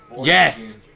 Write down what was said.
yes